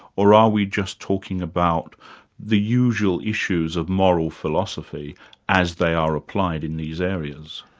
or are we just talking about the usual issues of moral philosophy as they are applied in these areas?